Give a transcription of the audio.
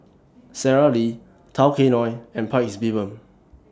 Sara Lee Tao Kae Noi and Paik's Bibim